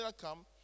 come